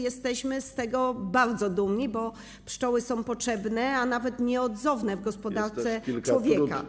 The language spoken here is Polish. Jesteśmy z tego bardzo dumni, bo pszczoły są potrzebne, a nawet nieodzowne w gospodarce człowieka.